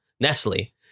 Nestle